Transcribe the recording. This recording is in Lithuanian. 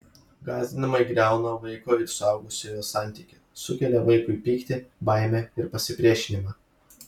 gąsdinimai griauna vaiko ir suaugusiojo santykį sukelia vaikui pyktį baimę ir pasipriešinimą